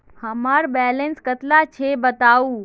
हमार बैलेंस कतला छेबताउ?